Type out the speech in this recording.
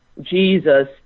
Jesus